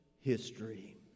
history